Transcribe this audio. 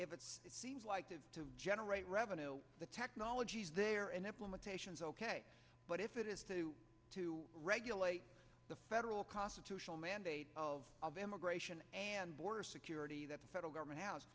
if it's it seems like to generate revenue the technology is there an implementation is ok but if it is to to regulate the federal constitutional mandate of of immigration and border security that the federal government h